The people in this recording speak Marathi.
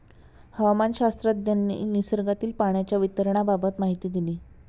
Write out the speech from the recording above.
हवामानशास्त्रज्ञांनी निसर्गातील पाण्याच्या वितरणाबाबत माहिती दिली